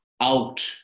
out